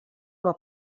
una